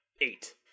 Eight